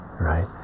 right